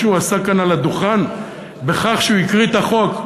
מה שהוא עשה כאן על הדוכן בכך שהוא הקריא את החוק,